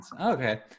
Okay